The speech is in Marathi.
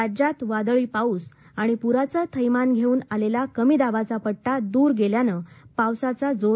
राज्यात वादळी पाऊस आणि पुराचं थैमान घेऊन आलेला कमी दाबाचा पट्टा दूर गेल्यानं पावसाचा जोर